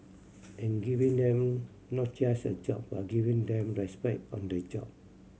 and giving them not just a job but giving them respect on the job